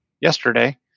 yesterday